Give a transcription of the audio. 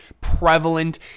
prevalent